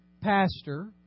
pastor